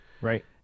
Right